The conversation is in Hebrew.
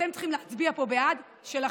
אתם צריכים להצביע פה בעד, שלכם.